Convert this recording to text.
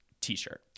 T-shirt